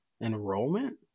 enrollment